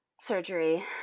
surgery